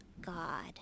God